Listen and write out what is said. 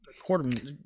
quarter